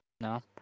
No